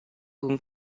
con